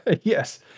Yes